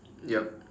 yup